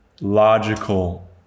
logical